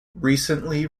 recently